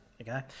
okay